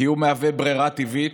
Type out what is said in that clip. כי הוא מהווה ברירה טבעית,